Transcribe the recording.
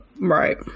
Right